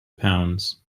pounds